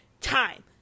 time